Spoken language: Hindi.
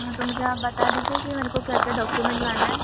हाँ तो मुझे आप बता दीजिए कि मेरे को क्या क्या डॉक्युमेंट लाना है